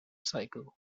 cycle